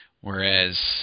whereas